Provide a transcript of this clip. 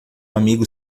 amigo